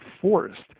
forced